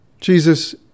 Jesus